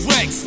Rex